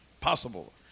possible